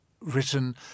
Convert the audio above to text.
written